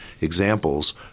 examples